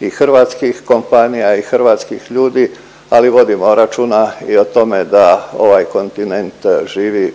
i hrvatskih kompanija i hrvatskih ljudi ali vodimo računa i o tome da ovaj kontinent živi